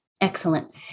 Excellent